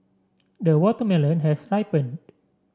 the watermelon has ripened